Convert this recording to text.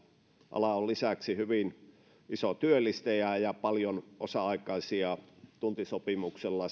ala on lisäksi hyvin iso työllistäjä ja siellä on paljon osa aikaisia ja tuntisopimuksella